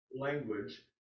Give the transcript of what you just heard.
language